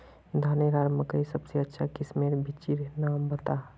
धानेर आर मकई सबसे अच्छा किस्मेर बिच्चिर नाम बता?